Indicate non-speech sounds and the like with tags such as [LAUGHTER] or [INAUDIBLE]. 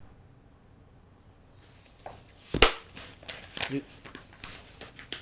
[NOISE]